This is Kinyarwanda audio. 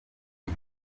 ati